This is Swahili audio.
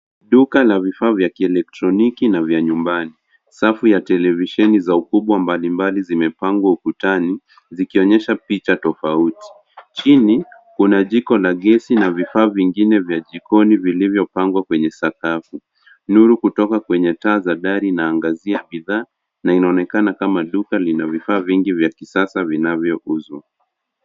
Duka la vifaa vya kielektroniki na vya nyumbani. Safu ya televisheni za ukubwa mbalimbali zimepangwa ukutani zikionyesha picha tofauti. Chini kuna jiko la gesi na vifaa vingine vya jikoni vilivyopangwa kwenye sakafu. Nuru kutoka kwenye taa za dari inaangazia bidhaa na inaonekana kama duka lina vifaa vingi vya kisasa vinavyouzwa.